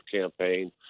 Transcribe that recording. campaign